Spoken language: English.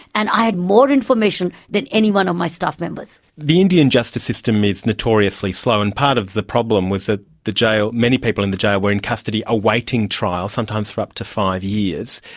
and i had more information than any one of my staff members. the indian justice system is notoriously slow and part of the problem was that the jail. many people in the jail were in custody awaiting trial, sometimes for up to five years.